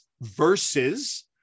versus